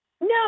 No